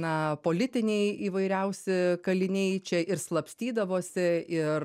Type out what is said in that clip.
na politiniai įvairiausi kaliniai čia ir slapstydavosi ir